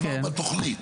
עבר התוכנית.